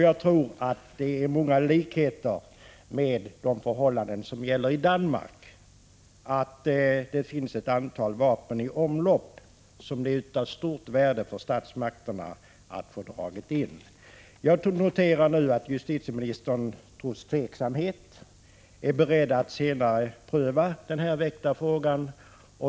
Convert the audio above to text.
Jag tror att det finns många likheter med de förhållanden som råder i Danmark, dvs. att det finns ett antal vapen i omlopp som det är av stort värde för statsmakterna att få dra in. Jag noterar nu att justitieministern trots tveksamhet är beredd att senare pröva den väckta frågan.